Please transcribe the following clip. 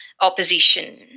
opposition